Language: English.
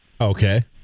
Okay